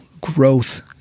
growth